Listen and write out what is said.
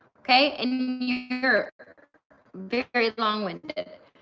okay? and you're very long winded.